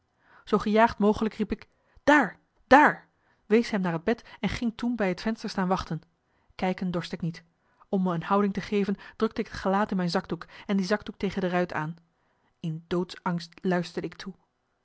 zoo gejaagd mogelijk riep ik daar daar wees hem naar het bed en ging toen bij het venster staan wachten kijken dorst ik niet om me een houding te geven drukte ik het gelaat in mijn zakdoek en die zakdoek tegen de ruit aan in doodsangst luisterde ik toe